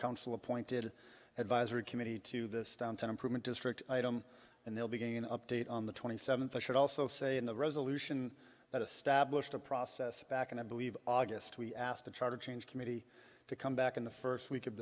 council appointed advisory committee to this downtown improvement district item and they'll begin update on the twenty seventh i should also say in the resolution that a stablished a process back and i believe august we asked the charter change committee to come back in the first week of